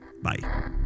Bye